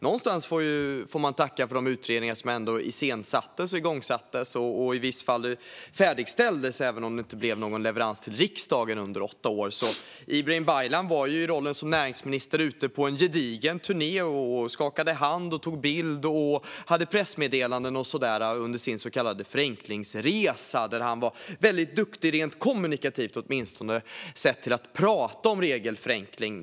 Någonstans får man tacka för de utredningar som ändå iscensattes, igångsattes och i vissa fall färdigställdes, även om det inte blev någon leverans till riksdagen under åtta år. Ibrahim Baylan var i rollen som näringsminister ute på en gedigen turné. Han skakade hand, tog bild och hade pressmeddelanden under sin så kallade förenklingsresa. Där var han väldigt duktig rent kommunikativt, åtminstone sett till att prata om regelförenkling.